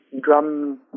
drum